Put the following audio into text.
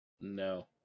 No